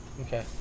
Okay